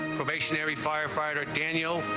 station every firefighter daniel.